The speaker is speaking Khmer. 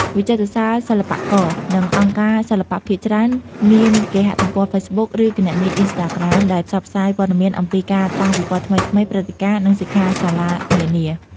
វិចិត្រសាល សិល្បករ និងអង្គការសិល្បៈភាគច្រើនមានគេហទំព័រហ្វេសប៊ុក ឬគណនីអុីស្តាក្រាម ដែលផ្សព្វផ្សាយព័ត៌មានអំពីការតាំងពិពណ៌ថ្មីៗ ព្រឹត្តិការណ៍ និងសិក្ខាសាលានានា។